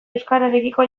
euskararekiko